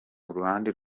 uruhande